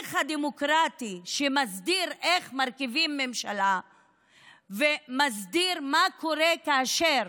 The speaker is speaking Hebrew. התהליך הדמוקרטי שמסדיר את הרכבת הממשלה ומסדיר מה קורה כאשר